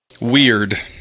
weird